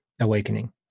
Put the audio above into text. awakening